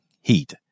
heat